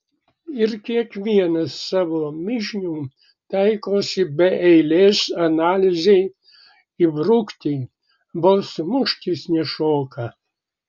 ir kiekvienas savo mižnių taikosi be eilės analizei įbrukti vos muštis nešoka